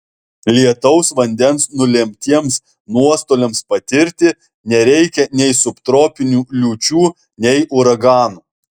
lietaus vandens nulemtiems nuostoliams patirti nereikia nei subtropinių liūčių nei uraganų